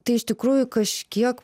tai iš tikrųjų kažkiek